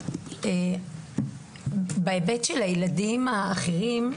בהיבט של הילדים האחרים,